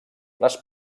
les